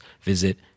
visit